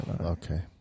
Okay